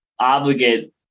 obligate